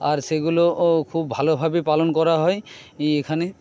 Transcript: আর সেগুলো খুব ভালোভাবে পালন করা হয় এখানে